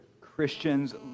Christians